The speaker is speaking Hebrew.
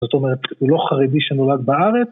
זאת אומרת, הוא לא חרדי שנולד בארץ.